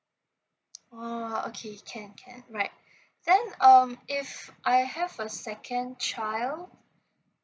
oh okay can can right then um if I have a second child